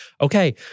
Okay